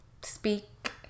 speak